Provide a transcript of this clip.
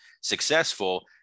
successful